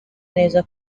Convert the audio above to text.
neza